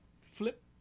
flip